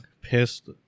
Pissed